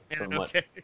okay